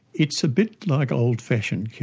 it's a bit like old-fashioned care.